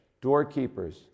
doorkeepers